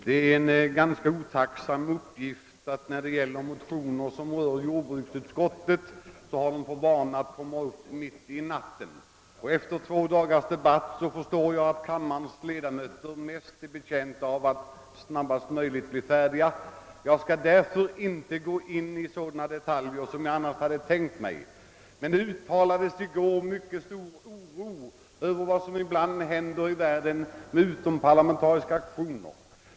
Herr talman! Det är en otacksam uppgift att tala för motioner som, när de gäller jordbruksutskottets arbetsområde, vanligen behandlas mitt i natten. Jag förstår att kammarens ledamöter efter två dagars debatt är mest betjänta av att snabbast möjligt bli färdiga. Jag skall därför inte gå in på sådana detaljer som jag annars hade tänkt mig. I går uttalades en mycket stor oro över utomparlamentariska aktioner i världen.